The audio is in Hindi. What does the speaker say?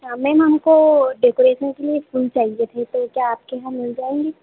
हाँ मैम हमको डेकोरेशन के लिए फूल चाहिए थे तो क्या आपके यहाँ मिल जाएंगे